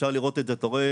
אתה רואה